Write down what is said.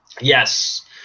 Yes